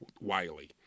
Wiley